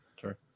Sure